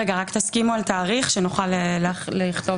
רגע, רק תסכימו על תאריך שנוכל לכתוב כבר עכשיו.